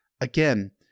Again